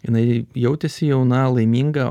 jinai jautėsi jauna laiminga